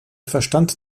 verstand